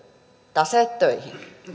taseet töihin